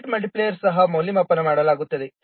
effort ಮಲ್ಟಿಪ್ಲೈಯರ್ಗಳನ್ನು ಸಹ ಮೌಲ್ಯಮಾಪನ ಮಾಡಲಾಗುತ್ತದೆ